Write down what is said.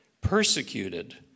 persecuted